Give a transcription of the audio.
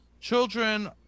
children